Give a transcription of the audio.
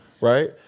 Right